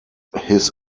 his